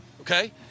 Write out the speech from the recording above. okay